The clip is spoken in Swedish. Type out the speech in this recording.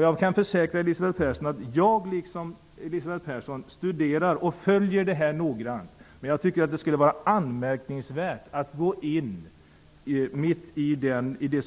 Jag kan försäkra Elisabeth Persson att jag, liksom hon, studerar och följer detta noggrant. Men det skulle vara anmärkningsvärt om vi gick in samtidigt